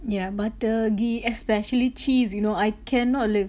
yeah butter ghee especially cheese you know I cannot live